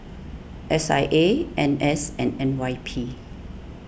S I A N S and N Y P